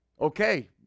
Okay